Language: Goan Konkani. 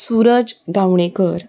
सुरज गांवणेकर